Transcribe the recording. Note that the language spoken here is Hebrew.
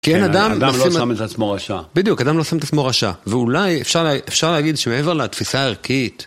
כן, אדם לא שם את עצמו רשע. בדיוק, אדם לא שם את עצמו רשע. ואולי אפשר להגיד שמעבר לתפיסה הערכית...